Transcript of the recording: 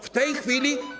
W tej chwili.